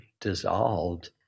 dissolved